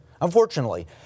Unfortunately